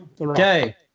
Okay